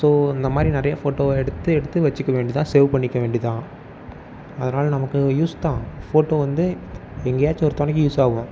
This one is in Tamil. ஸோ இந்தமாதிரி நிறையா ஃபோட்டோவை எடுத்து எடுத்து வச்சுக்க வேண்டிதான் சேவ் பண்ணிக்க வேண்டிதான் அதனால் நமக்கு யூஸ் தான் ஃபோட்டோ வந்து எங்கேயாச்சும் ஒரு துணைக்கி யூஸ் ஆகும்